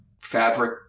fabric